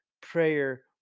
prayer